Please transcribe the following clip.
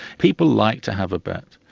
people like to have a bet,